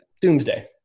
Doomsday